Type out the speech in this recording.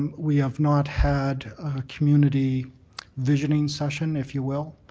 um we have not had a community visioning session, if you will.